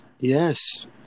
Yes